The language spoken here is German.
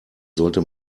sollte